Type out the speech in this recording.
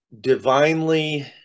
divinely